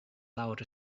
lawr